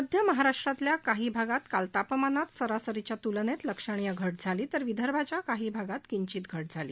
मध्य महाराष्ट्राच्या काही भागात काल तापमानात सरासरीच्या तुलनेत लक्षणीय घट झाली तर विदर्भाच्या काही भागात किंचीत घट झाली